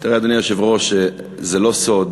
תראה, אדוני היושב-ראש, זה לא סוד,